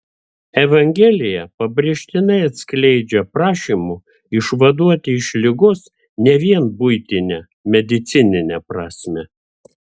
evangelija pabrėžtinai atskleidžia prašymų išvaduoti iš ligos ne vien buitinę medicininę prasmę